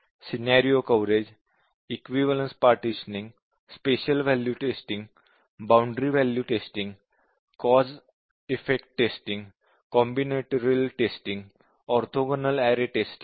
scenario coverage equivalence partitioning special value testing boundary value testing cause effect testing combinatorial testing orthogonal array testing